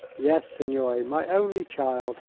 yes, signore my only child.